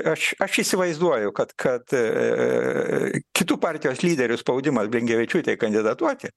aš aš įsivaizduoju kad kad kitų partijos lyderių spaudimas blinkevičiūtei kandidatuoti